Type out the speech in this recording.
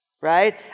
right